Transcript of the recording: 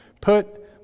put